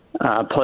Plus